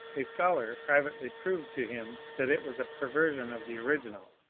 a scholar privately proved to him that it was a perversion of the original.